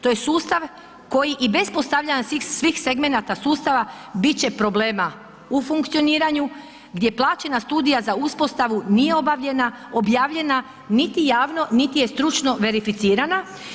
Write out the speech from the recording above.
To je sustav koji i bez postavljanja svih segmenata sustava biti će problema u funkcioniranju gdje plaćena studija za uspostavu nije objavljena, niti javno niti je stručno verificirana.